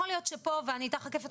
אחר כך אתה